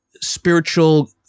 spiritual